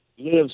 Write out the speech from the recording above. lives